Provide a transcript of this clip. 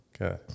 Okay